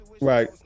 Right